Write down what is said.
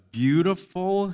beautiful